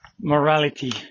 morality